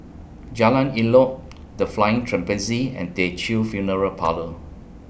Jalan Elok The Flying Trapeze and Teochew Funeral Parlour